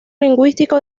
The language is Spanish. lingüístico